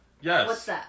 Yes